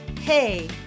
Hey